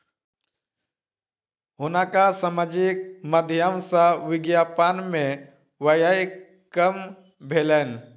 हुनका सामाजिक माध्यम सॅ विज्ञापन में व्यय काम भेलैन